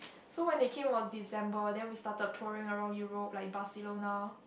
so when they came it was December then we started touring around Europe like Barcelona